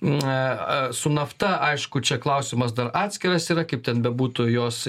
na a su nafta aišku čia klausimas dar atskiras yra kaip ten bebūtų jos